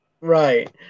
Right